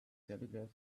telegraph